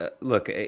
look